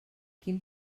quin